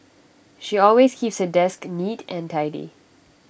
she always keeps her desk neat and tidy